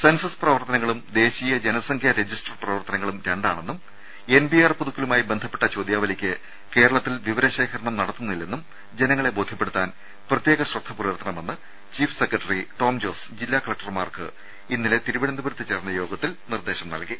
census പ്രവർത്തനങ്ങളും ദേശീയ ജനസംഖ്യാ രജിസ്റ്റർ പ്രവർത്തന ങ്ങളും രണ്ടാണെന്നും എൻ പി ആർ പുതുക്കലുമായി ബന്ധപ്പെട്ട ചോദ്യാ വലിക്ക് കേരളത്തിൽ വിവരശേഖരണം നടത്തുന്നില്ലെന്നും ജനങ്ങളെ ബോധ്യപ്പെടുത്താൻ പ്രത്യേക ശ്രദ്ധ പുലർത്തണമെന്ന് ചീഫ് സെക്രട്ടറി ടോം ജോസ് ജില്ലാ കലക്ടർമാർക്ക് ഇന്നലെ തിരുവനന്തപുരത്ത് ചേർന്ന യോഗത്തിൽ നിർദ്ദേശം നൽകി